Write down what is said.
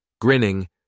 Grinning